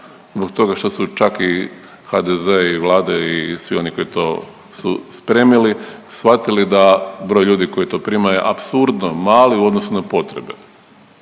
zbog toga što su čak i HDZ i Vlada i svi oni koji to su spremili shvatili da broj ljudi koji to primaju je apsurdno mali u odnosu na potrebe.